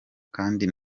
kandi